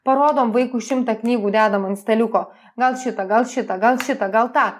parodom vaikui šimtą knygų dedam ant staliuko gal šitą gal šitą gal šitą gal tą